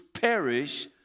perish